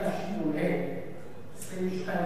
22 באוגוסט 1995,